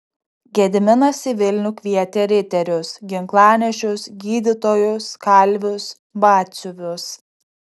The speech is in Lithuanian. gediminas į vilnių kvietė riterius ginklanešius gydytojus kalvius batsiuvius